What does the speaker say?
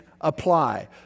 apply